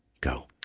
go